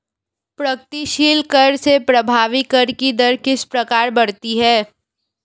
प्रगतिशील कर से प्रभावी कर की दर किस प्रकार बढ़ती है?